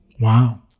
Wow